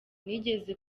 nigeze